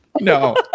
no